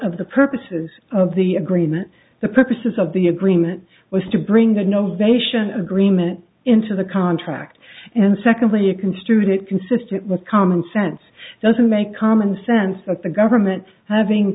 of the purposes of the agreement the purposes of the agreement was to bring the no vacation agreement into the contract and secondly a construed it consistent with common sense doesn't make common sense that the government having